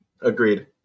Agreed